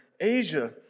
Asia